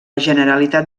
generalitat